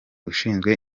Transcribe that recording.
ushinzwe